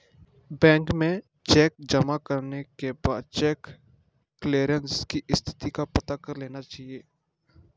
bank में cheque जमा करने के बाद चेक क्लेअरन्स की स्थिति का पता लगा लेना चाहिए